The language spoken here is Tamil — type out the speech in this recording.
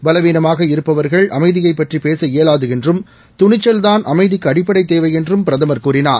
பலவீனமாக இருப்பவர்கள் அமைதியைப் பற்றிபேச இயலாதுஎன்றும் துணிச்சல்தான் அமைதிக்குஅடிப்படைதேவைஎன்றும் பிரதமர் கூறினார்